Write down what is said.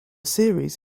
series